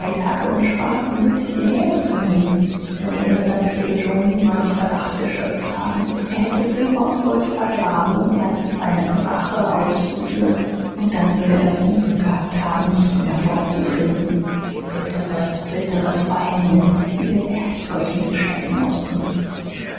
hacke und spaten mit hierher zu nehmen denn ohne das würde joe niemals verdacht geschöpft haben er hätte silber und gold vergraben um erst seine rache auszuführen und dann würde er das unglück gehabt haben nichts mehr vorzufinden bitteres bitteres verhängnis daß sie ihr werkzeug mitschleppen mußten